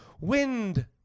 wind